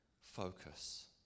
focus